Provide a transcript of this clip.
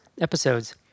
episodes